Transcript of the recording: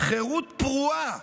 חירות פרועה,